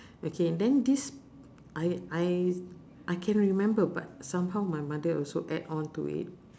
okay then this I I I can remember but somehow my mother also add on to it